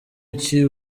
iki